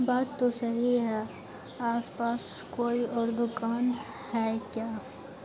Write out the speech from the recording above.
बात तो सही है आसपास कोई और दुकान है क्या